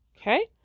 Okay